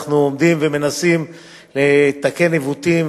אנחנו עומדים ומנסים לתקן עיוותים,